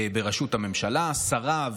בראשות הממשלה, שריו,